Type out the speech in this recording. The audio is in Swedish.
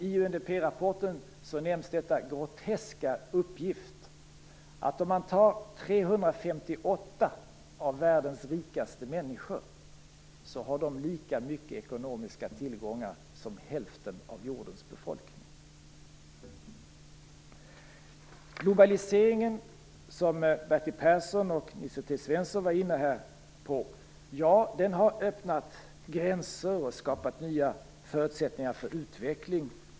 I UNDP-rapporten nämns en grotesk uppgift: Tar man 358 av världens rikaste människor visar det sig att de har lika mycket ekonomiska tillgångar som hälften av jordens befolkning. Svensson var inne på, har öppnat gränser och skapat nya förutsättningar för utveckling - ja!